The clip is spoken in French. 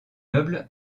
meubles